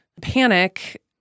panic